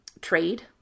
trade